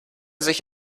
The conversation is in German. sich